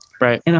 Right